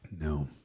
No